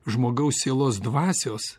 žmogaus sielos dvasios